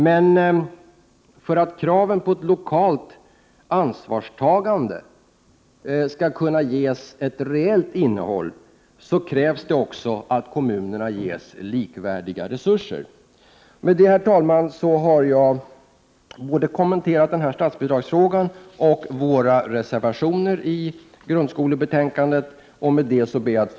Men för att kraven på ett lokalt ansvarstagande skall kunna ges ett reellt innehåll krävs det också att kommunerna ges likvärdiga resurser. Med detta, herr talman, har jag kommenterat både statsbidragsfrågan och våra reservationer som är fogade till betänkandet om grundskolan.